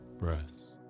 breaths